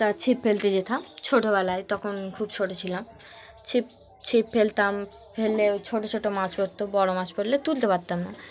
তা ছিপ ফেলতে যেতাম ছোটোবেলায় তখন খুব ছোটো ছিলাম ছিপ ছিপ ফেলতাম ফেললে ছোটো ছোটো মাছ পড়তো বড় মাছ পড়লে তুলতে পারতাম না